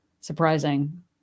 surprising